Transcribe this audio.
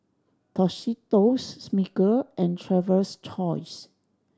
Tostitos Smiggle and Traveler's Choice